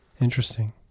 Interesting